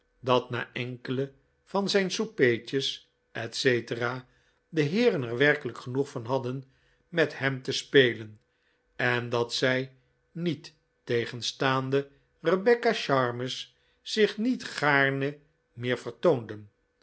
dat na enkele van zijn soupeetjes etc de heeren er werkelijk genoeg van hadden met hem te spelen en dat zij niettegenstaande rebecca's charmes zich niet gaarne meer vertoonden